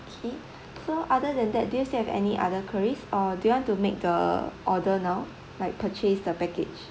K so other than that do you still have any other queries or do you want to make the order now like purchase the package